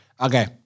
Okay